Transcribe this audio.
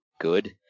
good